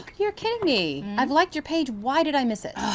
you're kidding me! i've liked your page, why did i miss it?